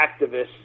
activists